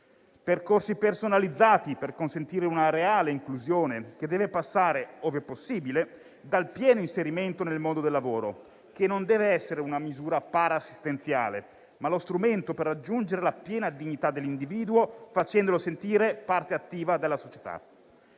percorsi personalizzati per consentire una reale inclusione, che deve passare, ove possibile, dal pieno inserimento nel mondo del lavoro, che non deve essere una misura para-assistenziale, ma lo strumento per raggiungere la piena dignità dell'individuo, facendolo sentire parte attiva della società.